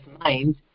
mind